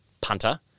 punter